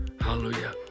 Hallelujah